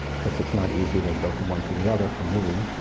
because it's not easy to go from one to the other for me.